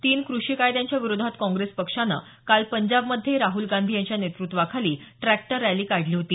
तीन क्रषी कायद्यांच्या विरोधात काँग्रेस पक्षानं काल पंजाबमध्ये राहल गांधी यांच्या नेतृत्वाखाली ट्रॅक्टर रॅली काढली होती